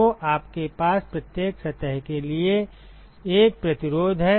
तो आपके पास प्रत्येक सतह के लिए 1 प्रतिरोध है